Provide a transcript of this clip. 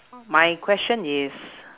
my question is